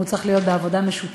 הוא צריך להיות בעבודה משותפת,